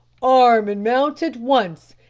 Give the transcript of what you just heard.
arm and mount at once,